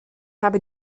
habe